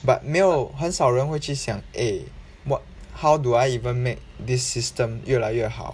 but 没有很少人会去想 eh what how do I even make this system 越来越好